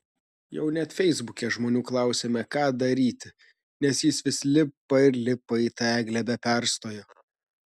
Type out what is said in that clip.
jau net feisbuke žmonių klausėme ką daryti nes jis vis lipa ir lipa į tą eglę be perstojo